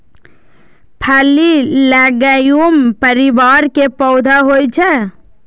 फली लैग्यूम परिवार के पौधा होइ छै